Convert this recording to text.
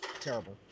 Terrible